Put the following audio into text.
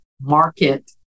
market